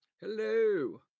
Hello